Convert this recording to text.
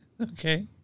Okay